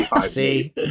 See